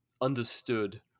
understood